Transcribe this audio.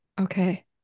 Okay